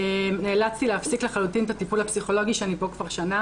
"נאלצתי להפסיק לחלוטין את הטיפול הפסיכולוגי שאני בו כבר שנה.